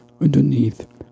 underneath